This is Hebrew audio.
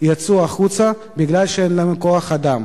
יצאו החוצה בגלל שאין להן כוח-אדם.